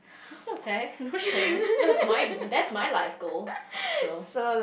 it's okay no shame that's my that's my life goal so